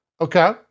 okay